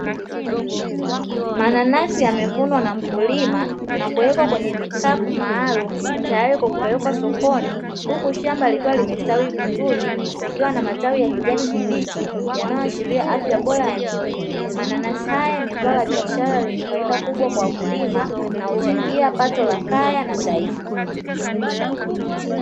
Mananasi yamevunwa na mkulima na kuwekwa kwenye kikapu maalumu, tayari kwa kupelekwa sokoni, huku shamba likiwa limestawi vizuri, likiwa na matawi ya kijani kibichi yanayoashilia afya bora ya mimea, mananasi haya ni zao la biashara lenye faida kubwa kwa wakulima, linalochangia pato la kaya na taifa.